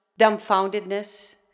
dumbfoundedness